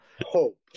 hope